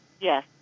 Yes